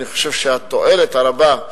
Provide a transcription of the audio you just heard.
אני חושב שהתועלת הרבה,